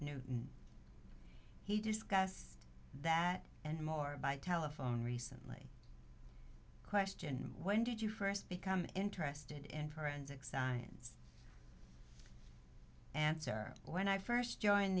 knew he discussed that and more by telephone recently question when did you first become interested in forensic science answer when i first join